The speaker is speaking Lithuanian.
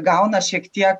gauna šiek tiek